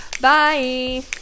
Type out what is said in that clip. Bye